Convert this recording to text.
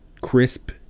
crisp